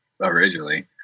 originally